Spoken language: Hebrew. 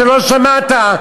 אתה מדבר שטויות.